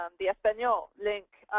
um the s daniel link,